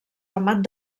ramat